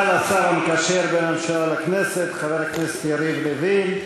תודה לשר המקשר בין הממשלה לכנסת חבר הכנסת יריב לוין.